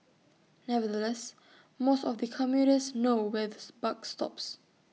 nevertheless most of the commuters know where the buck stops